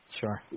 sure